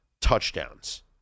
touchdowns